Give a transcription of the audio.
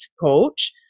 coach